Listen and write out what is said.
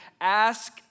Ask